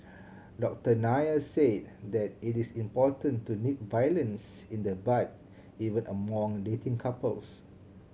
Doctor Nair said that it is important to nip violence in the bud even among dating couples